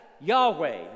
Yahweh